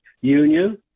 union